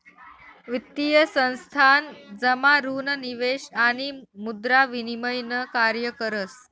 वित्तीय संस्थान जमा ऋण निवेश आणि मुद्रा विनिमय न कार्य करस